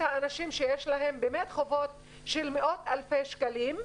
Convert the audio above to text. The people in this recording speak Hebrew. האנשים שיש להם חובות של מאות אלפי שקלים,